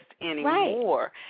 anymore